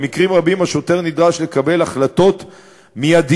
במקרים רבים השוטר נדרש לקבל החלטות מיידיות,